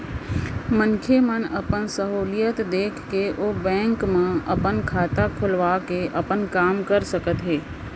मनखे मन अपन सहूलियत देख के ओ बेंक मन म अपन खाता खोलवा के अपन काम कर सकत हें